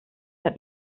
hat